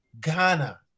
Ghana